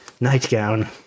nightgown